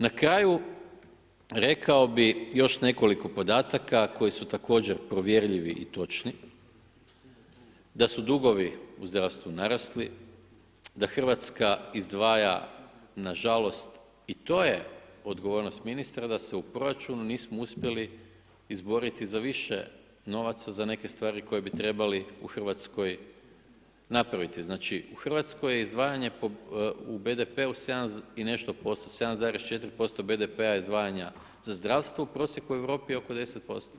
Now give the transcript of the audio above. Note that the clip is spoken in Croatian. Na kraju, rekao bi još nekoliko podataka koji su također provjerljivi i točni, da su dugovi u zdravstvu narasli, da Hrvatska izdvaja nažalost, i to je odgovornost ministra i to je u proračunu nismo uspjeli izboriti za više novac za neke stvari koje bi trebali u Hrvatskoj napraviti, znači u Hrvatskoj je izdvajanje u BDP-u 7 i nešto posto, 7,4% BDP-a izdvajanja za zdravstvo, u prosjeku je u Europi oko 10%